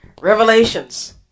revelations